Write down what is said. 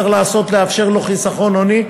צריך לאפשר לו חיסכון הוני.